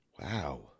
Wow